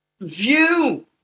view